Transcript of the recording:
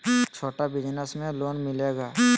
छोटा बिजनस में लोन मिलेगा?